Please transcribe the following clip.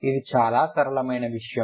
ఇది చాలా సరళమైన విషయం